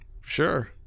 Sure